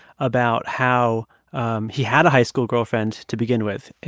about how um he had a high school girlfriend to begin with.